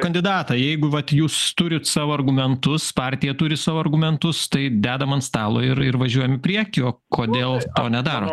kandidatą jeigu vat jūs turit savo argumentus partija turi savo argumentus tai dedam ant stalo ir ir važiuojam į priekį o kodėl to nedaro